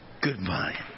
goodbye